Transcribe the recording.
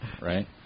Right